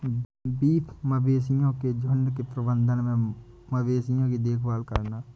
beef मवेशियों के झुंड के प्रबंधन में मवेशियों की देखभाल करना